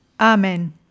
Amen